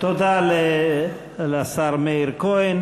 תודה לשר מאיר כהן.